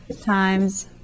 times